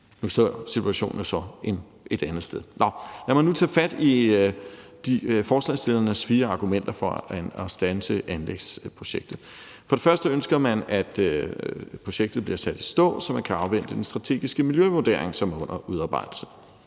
Nu er situationen jo så en anden. Nå, lad mig nu tage fat i forslagsstillernes fire argumenter for at standse anlægsprojektet. Som det første ønsker man, at projektet bliver sat i stå, så man kan afvente den strategiske miljøvurdering, som er under udarbejdelse.